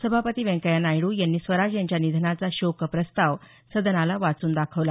सभापती व्यंकय्या नायड्र यांनी स्वराज यांच्या निधनाचा शोकप्रस्ताव सदनाला वाचून दाखवला